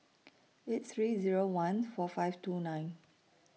eight three Zero one four five two nine